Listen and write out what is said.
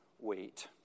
wait